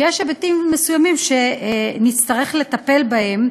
יש היבטים מסוימים שנצטרך לטפל בהם,